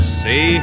say